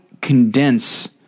condense